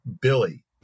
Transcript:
Billy